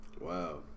Wow